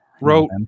wrote